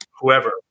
whoever